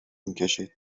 میکشید